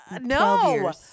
No